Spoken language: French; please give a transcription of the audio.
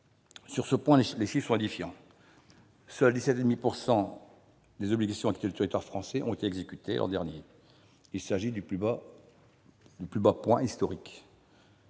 Sur ce point, les chiffres sont édifiants : seuls 17,5 % des obligations de quitter le territoire français ont été exécutées l'an dernier. Il s'agit du plus bas niveau historique.